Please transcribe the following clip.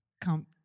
Come